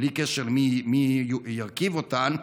בלי קשר מי ירכיב אותן,